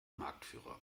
marktführer